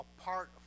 apart